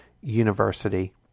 university